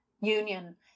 union